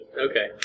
Okay